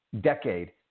decade